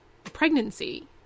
pregnancy